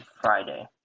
Friday